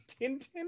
Tintin